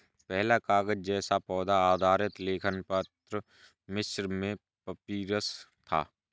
पहला कागज़ जैसा पौधा आधारित लेखन पत्र मिस्र में पपीरस था